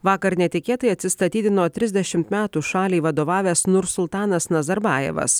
vakar netikėtai atsistatydino trisdešimt metų šaliai vadovavęs nursultanas nazarbajevas